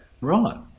Right